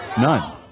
None